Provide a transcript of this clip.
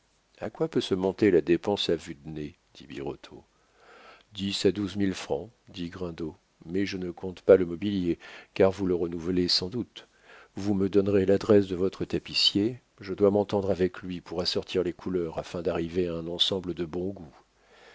a quoi peut se monter la dépense à vue de nez dit birotteau dix à douze mille francs dit grindot mais je ne compte pas le mobilier car vous le renouvelez sans doute vous me donnerez l'adresse de votre tapissier je dois m'entendre avec lui pour assortir les couleurs afin d'arriver à un ensemble de bon goût